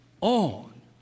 on